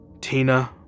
Tina